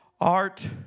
art